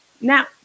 Now